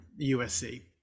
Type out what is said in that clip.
USC